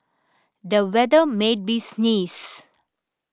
the weather made me sneeze